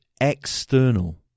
external